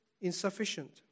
insufficient